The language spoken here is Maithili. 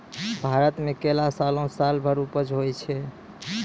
भारत मे केला सालो सालो भर उपज होय छै